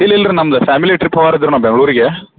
ಇಲ್ಲ ಇಲ್ಲ ರೀ ನಮ್ದು ಫ್ಯಾಮಿಲಿ ಟ್ರಿಪ್ ಹೋಗೋರ್ ಅದಿವ್ ನಾವು ಬೆಂಗಳೂರಿಗೆ